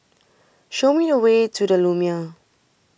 show me the way to the Lumiere